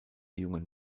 jungen